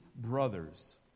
brothers